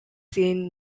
seen